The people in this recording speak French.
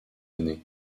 années